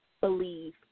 believe